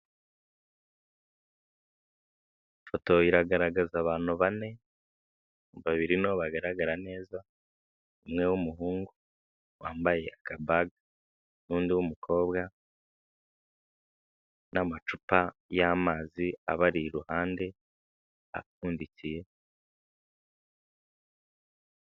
Ifoto iragaragaza abantu bane, babiri ni bo bagaragara neza, umwe w'umuhungu wambaye akabaga n'undi w mukobwa, n'amacupa y'amazi abari iruhande apfundikiye.